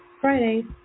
Friday